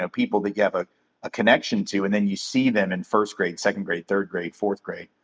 ah people that you have a ah connection to, and then you see them in first grade, second grade, third grade, fourth grade,